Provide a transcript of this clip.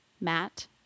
Matt